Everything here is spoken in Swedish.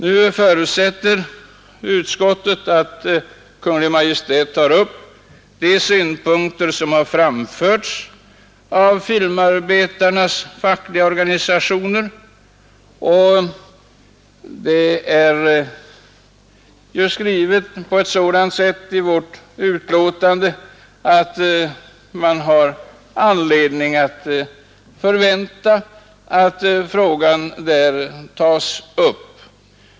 Nu förutsätter utskottet att Kungl. Maj:t tar upp de synpunkter som framförts av filmarbetarnas fackliga organisationer. I betänkandet har vi skrivit på ett sådant sätt, att man har anledning att förvänta att så sker.